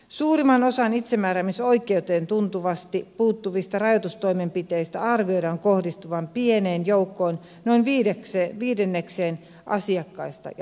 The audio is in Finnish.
suurimman osan itsemääräämisoikeuteen tuntuvasti puuttuvista rajoitustoimenpiteistä arvioidaan kohdistuvan pieneen joukkoon noin viidennekseen asiakkaista ja potilaista